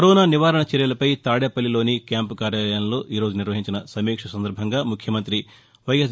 corona నివారణ చర్యలపై తాదేపల్లిలోని క్యాంపు కార్యాలయంలో ఈ రోజు నిర్వహించిన సమీక్ష సందర్భంగా ముఖ్యమంతి వైఎస్